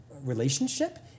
relationship